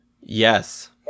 Yes